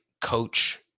coach